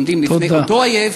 עומדים נגד אותו אויב,